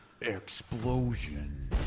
Explosion